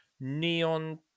neon